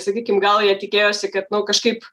sakykim gal jie tikėjosi kad nu kažkaip